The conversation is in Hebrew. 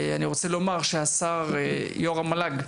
אני רוצה לומר שיו"ר המל"ג,